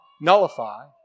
nullify